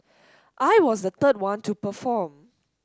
I was the third one to perform